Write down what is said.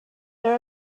there